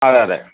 അതെ അതെ